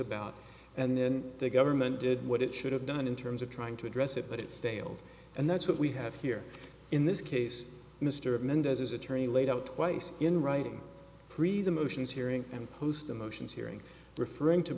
about and then the government did what it should have done in terms of trying to address it but it's tailed and that's what we have here in this case mr mendez his attorney laid out twice in writing pre the motions hearing and post the motions hearing referring to